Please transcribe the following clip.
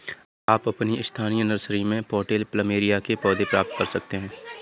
आप अपनी स्थानीय नर्सरी में पॉटेड प्लमेरिया के पौधे प्राप्त कर सकते है